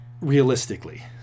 Realistically